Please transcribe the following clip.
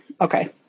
Okay